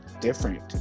different